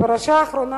הפרשה האחרונה,